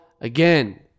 Again